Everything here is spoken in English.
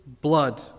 blood